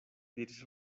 diris